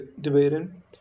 debating